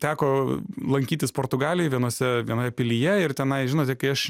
teko lankytis portugalijoj vienose vienoje pilyje ir tenai žinote kai aš